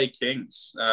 Kings